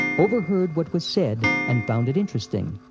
overheard what was said and found it interesting.